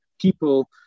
people